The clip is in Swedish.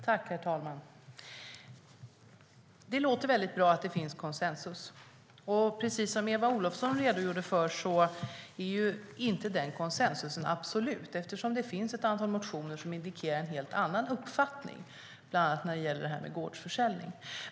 Herr talman! Det låter väldigt bra att det finns konsensus. Men som Eva Olofsson redogjorde för är inte denna konsensus absolut. Det finns ett antal motioner som indikerar en helt annan uppfattning, bland annat beträffande gårdsförsäljning.